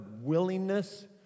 willingness